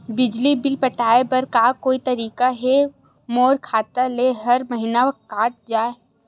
बिजली बिल पटाय बर का कोई तरीका हे मोर खाता ले हर महीना कट जाय?